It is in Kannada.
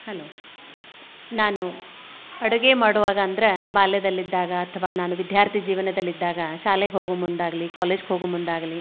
ಹಲೋ ನಾನು ಅಡುಗೆ ಮಾಡುವಾಗ ಅಂದರೆ ಬಾಲ್ಯದಲ್ಲಿದ್ದಾಗ ಅಥ್ವಾ ನಾನು ವಿದ್ಯಾರ್ಥಿ ಜೀವನದಲ್ಲಿದ್ದಾಗ ಶಾಲೆಗೆ ಹೋಗೋ ಮುಂದಾಗಲಿ ಕಾಲೇಜ್ಗೆ ಹೋಗೋ ಮುಂದಾಗಲಿ